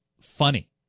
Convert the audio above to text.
funny